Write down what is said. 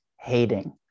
hating